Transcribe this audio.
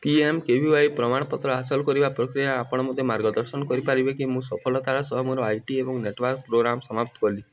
P M K V Y ପ୍ରମାଣପତ୍ର ହାସଲ କରିବା ପ୍ରକ୍ରିୟାରେ ଆପଣ ମୋତେ ମାର୍ଗଦର୍ଶନ କରିପାରିବେ କି ମୁଁ ସଫଳତାର ସହ ମୋର ଆଇ ଟି ଏବଂ ନେଟୱାର୍କ ପ୍ରୋଗ୍ରାମ୍ ସମାପ୍ତ କଲି